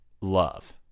love